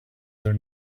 their